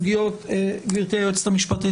גברתי היועצת המשפטית,